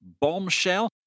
bombshell